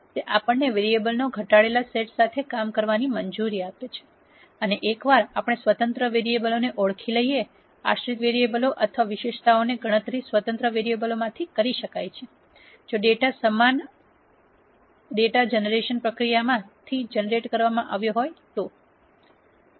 તે આપણને વેરીએબલોના ઘટાડેલા સેટ સાથે કામ કરવાની મંજૂરી આપે છે અને એકવાર આપણે સ્વતંત્ર વેરીએબલોને ઓળખી લઈએ આશ્રિત વેરીએબલો અથવા વિશેષતાઓની ગણતરી સ્વતંત્ર વેરીએબલો માંથી કરી શકાય છે જો ડેટા સમાન ડેટા જનરેશન પ્રક્રિયામાંથી જનરેટ કરવામાં આવ્યો હોય તો